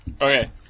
Okay